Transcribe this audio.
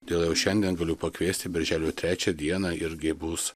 dėl jau šiandien galiu pakviesti birželio trečią dieną irgi bus